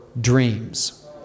dreams